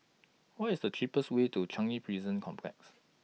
What IS The cheapest Way to Changi Prison Complex